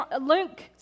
Luke